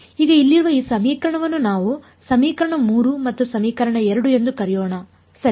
ಈಗ ಇಲ್ಲಿರುವ ಈ ಸಮೀಕರಣವನ್ನು ನಾವು ಸಮೀಕರಣ 3 ಮತ್ತು ಸಮೀಕರಣ 2 ಎಂದು ಕರೆಯೋಣ ಸರಿ